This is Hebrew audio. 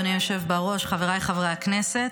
אדוני היושב בראש, חבריי חברי הכנסת,